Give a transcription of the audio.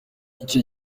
icyo